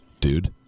dude